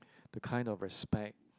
the kind of respect